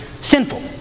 sinful